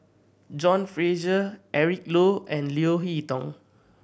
John Fraser Eric Low and Leo Hee Tong